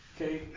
Okay